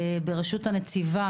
ברשות הנציבה